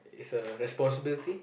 is a responsibility